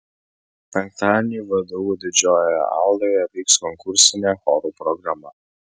penktadienį vdu didžiojoje auloje vyks konkursinė chorų programa